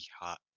hot